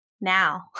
now